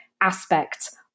aspects